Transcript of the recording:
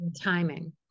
Timing